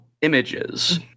images